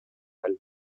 album